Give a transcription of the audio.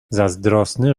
zazdrosny